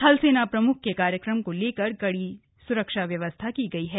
थल सेना प्रमुख के कार्यक्रम को लेकर कड़ी सुरक्षा व्यवस्था की गई है